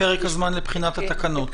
פרק הזמן לבחינת התקנות.